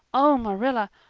oh, marilla,